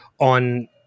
on